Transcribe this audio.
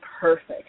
perfect